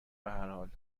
بحرحال